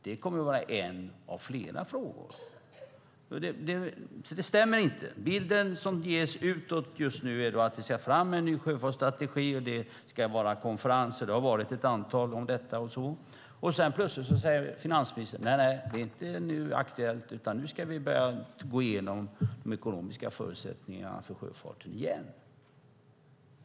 Det kommer att vara en av flera frågor. Den bild som ges utåt är alltså att man ska ta fram en ny sjöfartsstrategi. Det ska vara konferenser om detta - det har redan varit ett antal. Sedan säger plötsligt finansministern att det inte är aktuellt, utan nu ska vi börja gå igenom de ekonomiska förutsättningarna för sjöfarten igen.